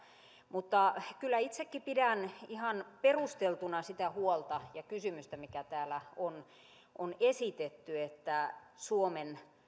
mutta kyllä itsekin pidän ihan perusteltuna sitä huolta ja kysymystä mikä täällä on on esitetty että suomen